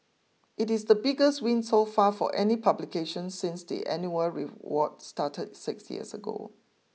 it is the biggest win so far for any publication since the annual reward started six years ago